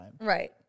Right